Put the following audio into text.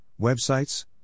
websites